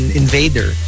invader